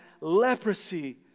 leprosy